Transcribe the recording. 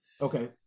okay